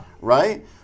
Right